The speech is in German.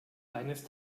eines